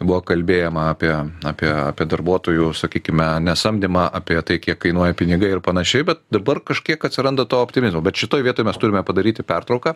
buvo kalbėjom apie apie apie darbuotojų sakykime nesamdymą apie tai kiek kainuoja pinigai ir panašiai bet dabar kažkiek atsiranda to optimizmo bet šitoj vietoj mes turime padaryti pertrauką